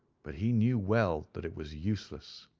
but he knew well that it was useless.